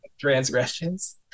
transgressions